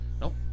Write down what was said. Nope